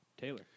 Taylor